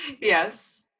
Yes